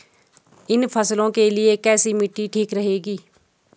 इन फसलों के लिए कैसी मिट्टी ठीक रहेगी?